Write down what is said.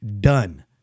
done